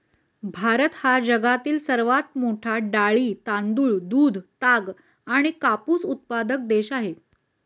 भारत हा जगातील सर्वात मोठा डाळी, तांदूळ, दूध, ताग आणि कापूस उत्पादक देश आहे